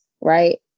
right